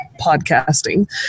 podcasting